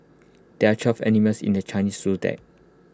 there are twelve animals in the Chinese Zodiac